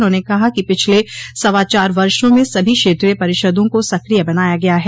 उन्होंने कहा कि पिछले सवा चार वर्षो में सभी क्षेत्रीय परिषदों को सक्रिय बनाया गया है